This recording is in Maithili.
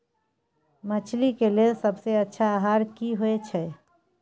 मछली के लेल सबसे अच्छा आहार की होय छै?